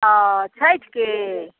ओ छठिके